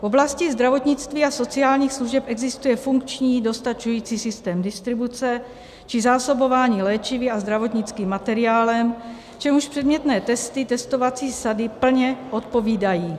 V oblasti zdravotnictví a sociálních služeb existuje funkční a dostačující systém distribuce či zásobování léčivy a zdravotnickým materiálem, čemuž předmětné testy testovací sady plně odpovídají.